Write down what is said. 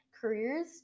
careers